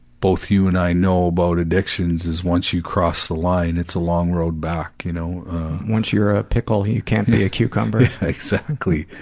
both you and i know about addictions is once you cross the line, it's a long road back, you know once you're a pickle, you can't be a cucumber. yeah, exactly,